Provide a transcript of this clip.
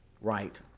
Right